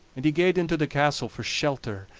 and he gaed into the castle for shelter,